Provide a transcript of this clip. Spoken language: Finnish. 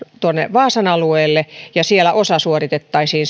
vaasan alueelle ja siitä osa suoritettaisiin